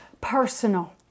personal